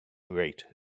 rate